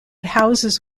houses